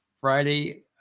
Friday